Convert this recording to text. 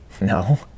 No